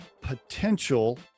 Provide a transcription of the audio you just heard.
potential